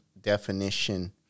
definition